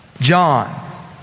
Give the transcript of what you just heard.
John